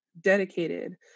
dedicated